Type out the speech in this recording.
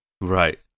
Right